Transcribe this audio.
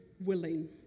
willing